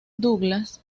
douglas